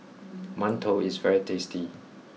Mantou is very tasty